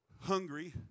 hungry